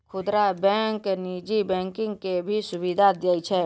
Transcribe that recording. खुदरा बैंक नीजी बैंकिंग के भी सुविधा दियै छै